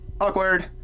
awkward